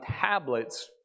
tablets